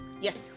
Yes